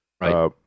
Right